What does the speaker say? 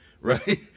right